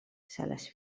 sales